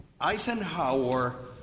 Eisenhower